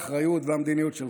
האחריות והמדיניות שלך,